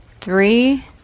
three